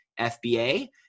FBA